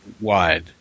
wide